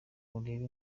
urebe